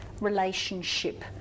relationship